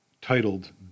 titled